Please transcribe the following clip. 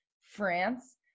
France